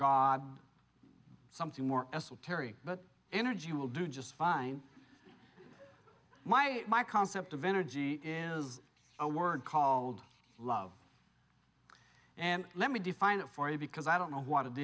god something more esoteric but energy will do just fine my my concept of energy is a word called love and let me define it for you because i don't know what it